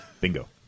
Bingo